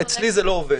אצלי זה לא עובד.